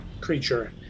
creature